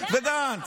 גנץ.